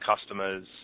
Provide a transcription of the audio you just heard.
customers